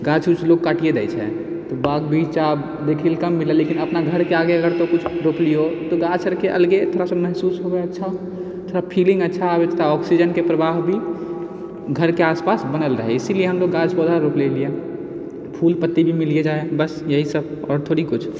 गाछ उछ लोग काटियै दै छै बाग भी आब देखैला कम मिलल लेकिन अपना घरके आगे अगर तौं कुछ रोपलियौ तऽ गाछअरके अलगे थोड़ा सा महसूस होबै है अच्छा थोड़ा फीलिंग अच्छा आबै छै थोड़ा ऑक्सीजनके प्रवाह भी घरके आसपास बनल रहै इसीलिए हमलोग गाछ पौधा रोपले हलियै फूल पत्ती भी मिलिए जाहै बस यही सब आओर थोड़ी कुछ